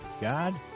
God